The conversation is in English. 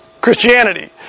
Christianity